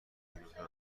کیلومتر